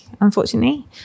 unfortunately